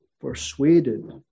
persuaded